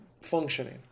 functioning